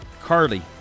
Carly